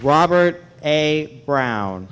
robert a brown